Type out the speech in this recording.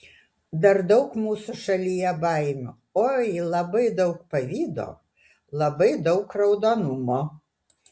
dar daug mūsų šalyje baimių oi labai daug pavydo labai daug raudonumo